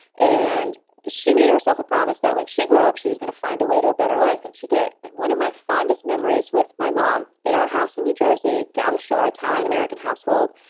and she made herself a promise that when she grew up, she was going to find a way to a better life and she did. and one of my fondest memories with my mom in our house in new jersey, down the shore, italian-american household,